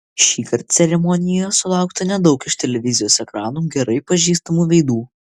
šįkart ceremonijoje sulaukta nedaug iš televizijos ekranų gerai pažįstamų veidų